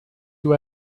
you